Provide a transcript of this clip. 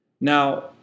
Now